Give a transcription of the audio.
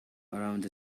around